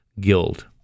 Guild